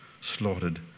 slaughtered